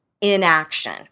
inaction